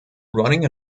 running